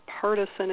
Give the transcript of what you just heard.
partisan